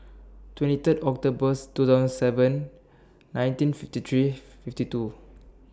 twenty Third October's two thousand seven nineteen fifty three fifty two